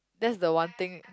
that's the one thing